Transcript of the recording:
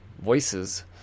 voices